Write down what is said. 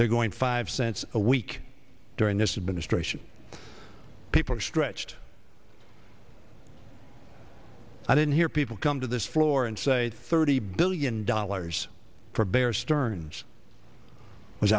they're going five cents a week during this administration people stretched i didn't hear people come to this floor and say thirty billion dollars for bear stearns was